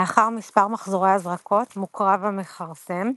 לאחר מספר מחזורי הזרקות מוקרב המכרסם,